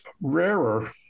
rarer